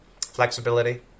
flexibility